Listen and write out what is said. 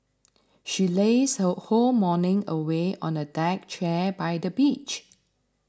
she lazed her whole morning away on a deck chair by the beach